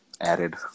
added